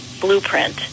blueprint